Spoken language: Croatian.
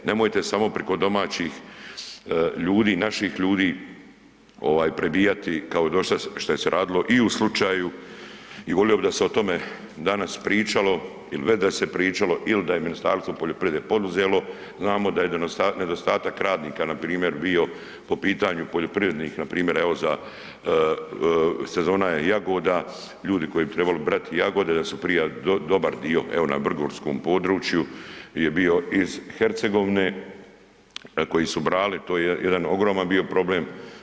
Nemojte samo preko domaćih ljudi, naših ljudi prebijati kao dosad što se radilo i u slučaju i volio bih da se o tome danas pričalo i ... se pričalo ili da je Ministarstvo poljoprivrede poduzelo, znamo da je nedostatak radnika npr. bio po pitanju poljoprivrednih npr. evo za sezona je jagoda, ljudi koji bi trebali brati jagode, da su prije, dobar dio, evo na vrgorskom području je bio iz Hercegovine koji su brali, to je jedan ogroman bio problem.